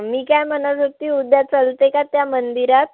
अं मी काय म्हणत होती उद्या चलते का त्या मंदिरात